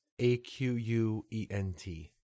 A-Q-U-E-N-T